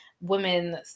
women